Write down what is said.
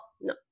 no